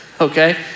okay